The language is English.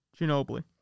Ginobili